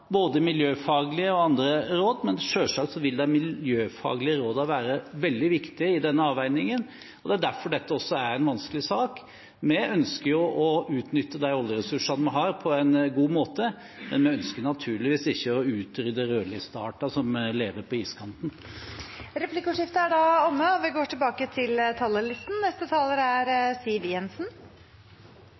både miljøfaglige og andre råd? Selvsagt vil de miljøfaglige rådene være veldig viktige i den avveiningen. Det er derfor dette også er en vanskelig sak. Vi ønsker å utnytte de oljeressursene vi har, på en god måte, men vi ønsker naturligvis ikke å utrydde rødlistearter som lever på iskanten. Replikkordskiftet er omme.